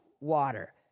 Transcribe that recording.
water